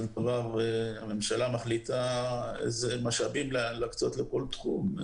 דבר הממשלה מחליטה איזה משאבים להקצות לכל תחום.